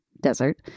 desert